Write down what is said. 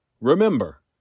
Remember